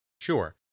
Sure